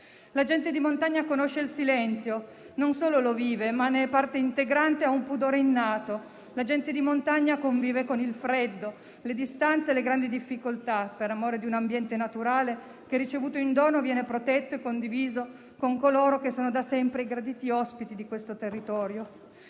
La gente di montagna conosce il silenzio, non solo lo vive ma ne è parte integrante e ha un pudore innato. La gente di montagna convive con il freddo, le distanze e le grandi difficoltà per amore di un ambiente naturale che è ricevuto in dono e viene protetto e condiviso con coloro che sono da sempre graditi ospiti di questo territorio.